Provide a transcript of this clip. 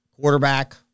quarterback